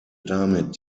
damit